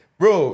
bro